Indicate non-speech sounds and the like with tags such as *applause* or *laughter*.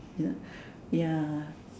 you know *breath* ya